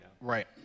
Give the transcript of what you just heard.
Right